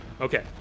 okay